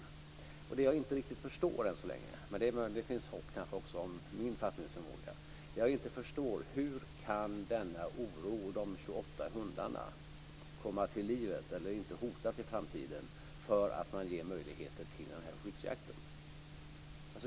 Vad jag inte riktigt förstår än så länge - men det kanske finns hopp också om min fattningsförmåga - är hur denna oro kan stillas och hur de 28 hundarna kan slippa att hotas i framtiden därför att man ger möjligheter till den här skyddsjakten.